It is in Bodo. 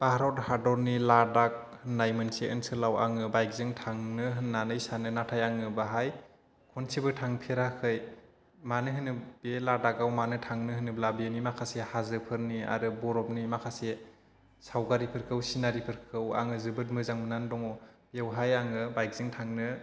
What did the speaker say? भारत हादरनि लादाक होननाय मोनसे ओनसोलाव आङो बाइकजों थांनो होननानै सानो नाथाय आङो बाहाय खनसेबो थांफेराखै बे लादाखआव मानो थांनो होनोब्ला बिनि माखासे हाजोफोरनि आरो बरफनि माखासे सावगारिफोरखौ सिनारिफोरखौ आङो जोबोद मोजां मोननानै दङ बेवहाय आङो बाइकजों थांनो